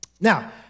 Now